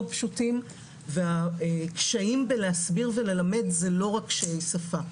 פשוטים והקשיים בלהסביר וללמד זה לא רק קשיי שפה,